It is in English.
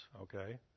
okay